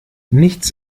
nichts